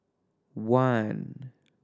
one